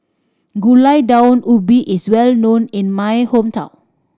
Gulai Daun Ubi is well known in my hometown